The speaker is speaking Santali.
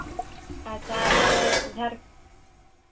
ᱟᱪᱪᱷᱟ ᱟᱞᱮ ᱡᱷᱟᱲ